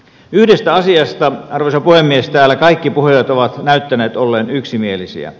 yhdestä asiasta arvoisa puhemies täällä kaikki puhujat ovat näyttäneet olleen yksimielisiä